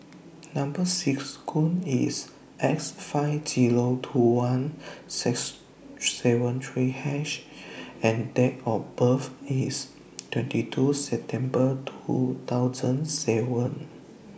Number IS S five Zero two one six seven three H and Date of birth IS twenty two September two thousand seven